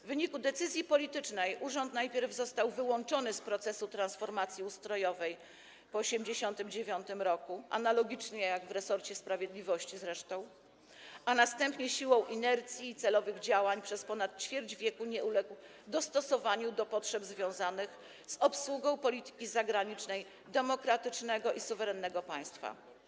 W wyniku decyzji politycznej urząd najpierw został wyłączony z procesu transformacji ustrojowej po 1989 r. - analogicznie do resortu sprawiedliwości zresztą - a następnie siłą inercji i celowych działań przez ponad ćwierć wieku nie uległ dostosowaniu do potrzeb związanych z obsługą polityki zagranicznej demokratycznego i suwerennego państwa.